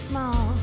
Small